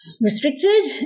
restricted